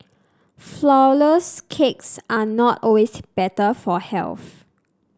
flour less cakes are not always better for health